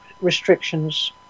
restrictions